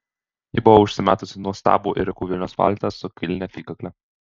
ji buvo užsimetusi nuostabų ėriukų vilnos paltą su kailine apykakle